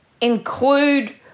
include